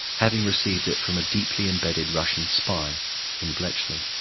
having received it from a deeply embedded russian spy in bletchley.